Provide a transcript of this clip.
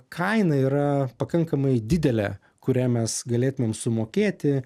kaina yra pakankamai didelė kurią mes galėtumėm sumokėti